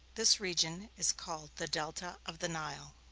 this region is called the delta of the nile.